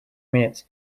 minutes